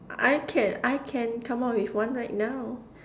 I can I can come out with one right now